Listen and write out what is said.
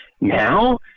Now